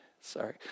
sorry